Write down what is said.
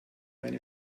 meine